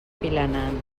vilanant